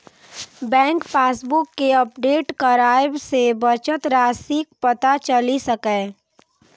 bank passbook कें update कराबय सं बचत राशिक पता चलि सकैए